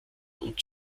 und